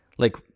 like,